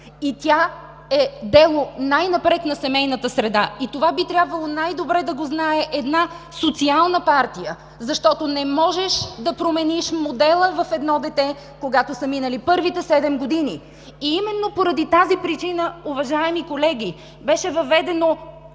Тя е дело най-напред на семейната среда. Това би трябвало най-напред да го знае една социална партия, защото не можеш да промениш модела в едно дете, когато са минали първите седем години. Именно поради тази причина, уважаеми колеги, беше въведено